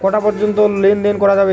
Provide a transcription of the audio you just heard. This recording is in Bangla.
কটা পর্যন্ত লেন দেন করা যাবে?